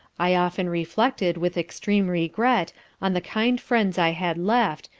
i often reflected with extreme regret on the kind friends i had left,